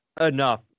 enough